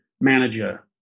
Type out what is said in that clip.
manager